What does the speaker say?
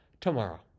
tomorrow